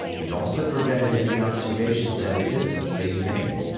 it also prevented any observations at a distance being made,